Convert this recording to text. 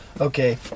okay